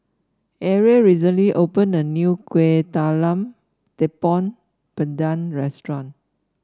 Arie recently opened a new Kueh Talam Tepong Pandan Restaurant